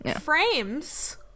frames